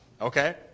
okay